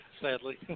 Sadly